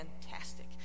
fantastic